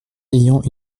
ayant